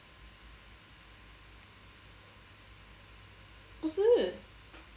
不是